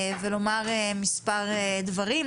ולומר מספר דברים.